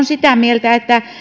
sitä mieltä että